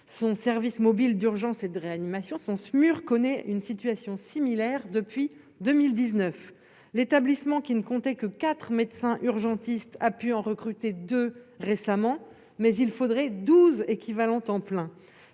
son service mobile d'urgence et de réanimation sont SMUR connaît une situation similaire depuis 2019, l'établissement qui ne comptait que quatre, médecin urgentiste a pu en recruter 2 récemment mais il faudrait 12 équivalents temps plein